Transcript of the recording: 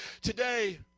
Today